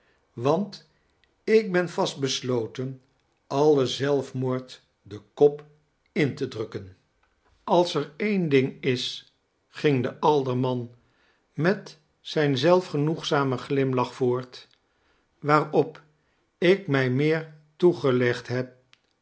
want ik ben vast besloten alle zelfmoord den kop in te drukken als er een ding is ging de alderman met zijn zelfgenoegzamen glimlaoh voort waarop ik mij meer toegelegd lieb